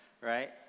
right